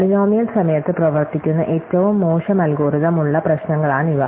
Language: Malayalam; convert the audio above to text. പോളിനോമിയൽ സമയത്ത് പ്രവർത്തിക്കുന്ന ഏറ്റവും മോശം അൽഗോരിതം ഉള്ള പ്രശ്നങ്ങളാണിവ